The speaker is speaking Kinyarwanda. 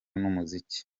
n’umuziki